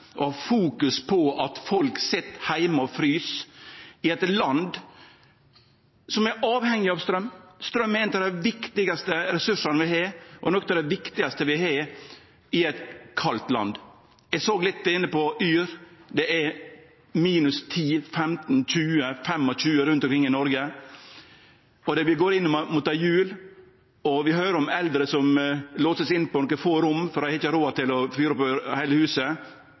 på at folk sit heime og frys i eit land som er avhengig av straum. Straum er ein av dei viktigaste ressursane vi har, og noko av det viktigaste vi har i eit kaldt land. Eg såg litt på yr.no. Det er minus 10, minus 15, minus 20, minus 25 grader rundt omkring i Noreg. Vi går mot jul, og vi høyrer om eldre som låser seg inne på nokre få rom, for dei har ikkje råd til å fyre opp heile huset